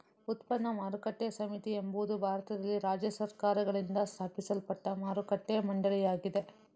ಉತ್ಪನ್ನ ಮಾರುಕಟ್ಟೆ ಸಮಿತಿ ಎಂಬುದು ಭಾರತದಲ್ಲಿ ರಾಜ್ಯ ಸರ್ಕಾರಗಳಿಂದ ಸ್ಥಾಪಿಸಲ್ಪಟ್ಟ ಮಾರುಕಟ್ಟೆ ಮಂಡಳಿಯಾಗಿದೆ